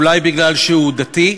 אולי מפני שהוא דתי,